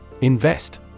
Invest